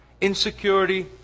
Insecurity